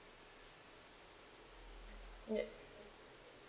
ya